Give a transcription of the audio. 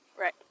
Right